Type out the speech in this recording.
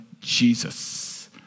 Jesus